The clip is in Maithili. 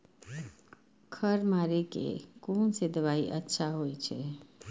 खर मारे के कोन से दवाई अच्छा होय छे?